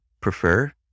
prefer